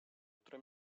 które